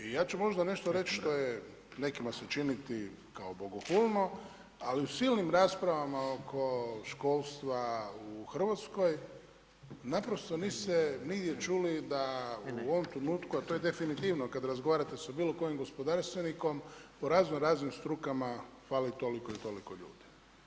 I ja ću možda nešto reći što će se nekima činiti kao bogohulno, ali u silnim raspravama oko školstva u Hrvatskoj naprosto niste nigdje čuli da u ovom trenutku, a to je definitivno kada razgovarate sa bilo kojim gospodarstvenikom po raznoraznim strukama fali toliko i toliko ljudi.